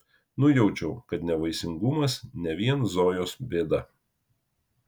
nujaučiau kad nevaisingumas ne vien zojos bėda